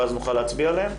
ואז נוכל להצביע עליהם.